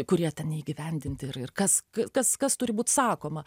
kurie ten neįgyvendinti ir kas kas kas turi būt sakoma